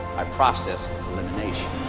by process elimination.